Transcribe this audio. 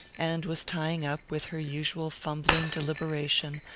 and was tying up, with her usual fumbling deliberation,